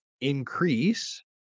increase